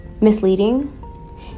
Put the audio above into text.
misleading